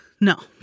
No